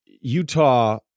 Utah